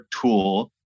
tool